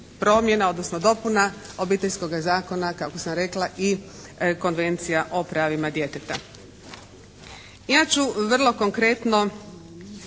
promjena odnosno dopuna Obiteljskoga zakona kako sam rekla i Konvencija o pravima djeteta. Ja ću vrlo konkretno